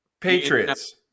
Patriots